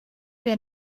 wer